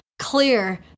Clear